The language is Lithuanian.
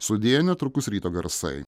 sudie netrukus ryto garsai